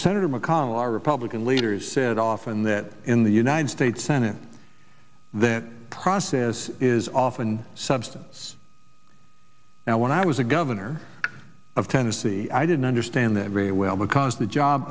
senator mcconnell our republican leaders said often that in the united states senate that process is often substance now when i was a governor of tennessee i didn't understand them very well because the job